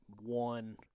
one